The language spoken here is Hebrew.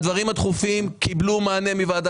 אושרו אז